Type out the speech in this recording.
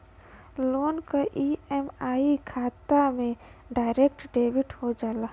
loan क EMI खाता से डायरेक्ट डेबिट हो जाला